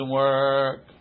work